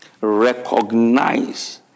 Recognize